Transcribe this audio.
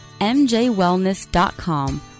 MJWellness.com